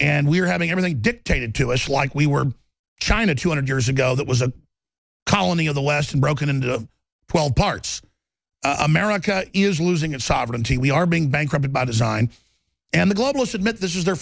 and we're having everything dictated to us like we were china two hundred years ago that was a colony of the west and broken into parts america is losing its sovereignty we are being bankrupted by design and the globalist admit this is their